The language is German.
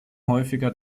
häufiger